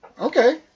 Okay